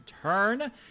turn